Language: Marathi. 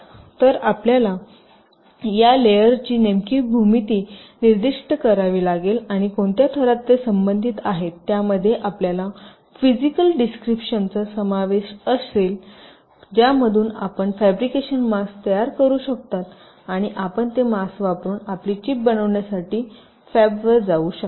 तर आपल्याला या लेयरची नेमकी भूमिती निर्दिष्ट करावी लागेल आणि कोणत्या थरात ते संबंधित आहे त्यामध्ये आपल्या फिजिकल डिस्क्रिपशनचा समावेश असेल ज्यामधून आपण फॅब्रिकेशन मास्क तयार करू शकता आणि आपण ते मास्क वापरुन आपली चिप बनवण्यासाठी फॅबवर जाऊ शकता